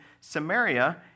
Samaria